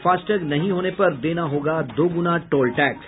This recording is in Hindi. फास्टैग नहीं होने पर देना होगा दोगुना टोल टैक्स